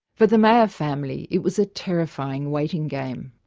for the meier family it was a terrifying waiting game.